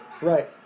right